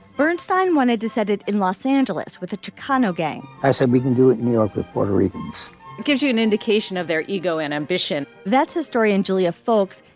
bernstine wanted to set it in los angeles with a chicano gang. i said, we can do it. new york, puerto ricans it gives you an indication of their ego and ambition. that's historian julia fox.